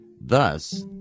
Thus